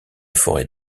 forêts